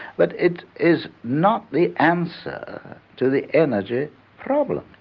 but it is not the answer to the energy problem.